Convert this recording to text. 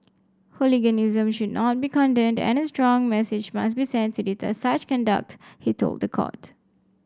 hooliganism should not be condoned and a strong message must be sent to deter such conduct he told the court